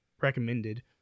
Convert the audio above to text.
recommended